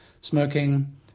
smoking